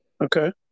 Okay